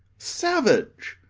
savage,